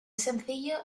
sencillo